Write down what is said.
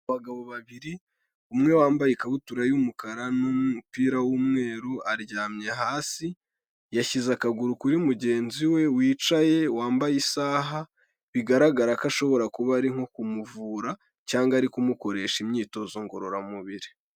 Abagabo babiri, umwe wambaye ikabutura y'umukara n'umupira w'umweru aryamye hasi yashyize akaguru kuri mugenzi we wicaye wambaye isaha, bigaragara ko ashobora kuba ari nko kumuvura cyangwa ari kumukoresha imyitozo ngororamubiri.